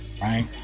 right